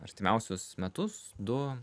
artimiausius metus du